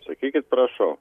sakykit prašau